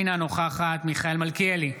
אינה נוכחת מיכאל מלכיאלי,